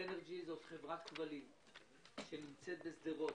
סינרג'י זאת חברת כבלים שנמצאת בשדרות.